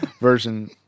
version